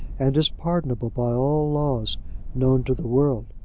and is pardonable by all laws known to the world.